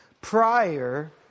prior